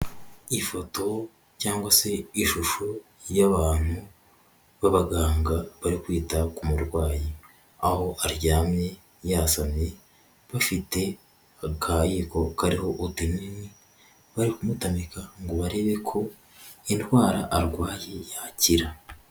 Ifoto cyangwa se ishusho y'abantu b'abaganga bari kwita ku murwayi. Aho aryamye yasamye bafite akayiko kariho utunini bari kumutamika ngo barebe ko indwara arwaye yakira.